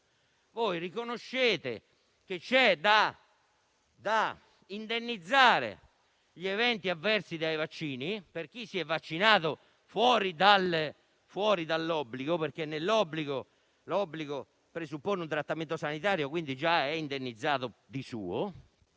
Riconoscete che si devono indennizzare gli eventi avversi da vaccini per chi si è vaccinato fuori dall'obbligo (che, presupponendo un trattamento sanitario, è quindi già indennizzato di suo,